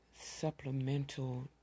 supplemental